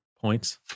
points